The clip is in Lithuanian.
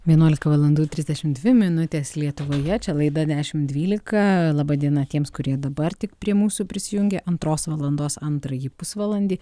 vienuolika valandų trisdešim dvi minutes lietuvoje čia laida dešimt dvylika laba diena tiems kurie dabar tik prie mūsų prisijungė antros valandos antrąjį pusvalandį